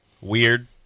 weird